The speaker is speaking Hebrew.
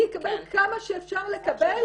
אני אקבל כמה שאפשר לקבל.